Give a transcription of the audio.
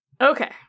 Okay